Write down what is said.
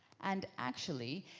and actually,